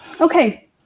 Okay